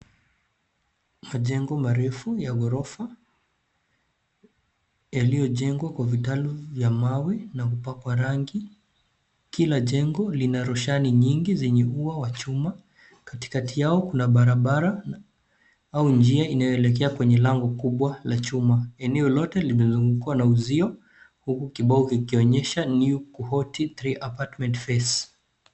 Majengo marefu ya ghorofa yaliyojengwa kwa vitalu vya mawe na kupakwa rangi. Kila jengo lina roshani nyingi zenye ua wa chuma. Katikati yao kuna barabara au njia inayoelekea kwenye lango kubwa la chuma. Eneo lote limezungukwa na uzio huku kibao kikionyesha New Kuhoti 3 Appartment Phase .